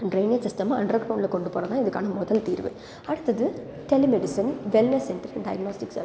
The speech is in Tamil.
ட்ரைனேஜ் சிஸ்டம அண்ட்ர கிரௌண்டில் கொண்டு போகிறது தான் இதுக்கான முதல் தீர்வு அடுத்தது telemedicine wellness centre diagnostics services